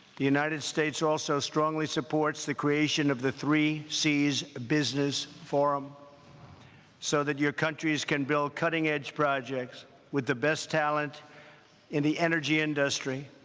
the united states also strongly supports the creation of the three seas business forum so that your countries can build cutting-edge projects with the best talent in the energy industry,